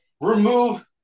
Remove